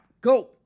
Go